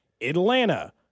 Atlanta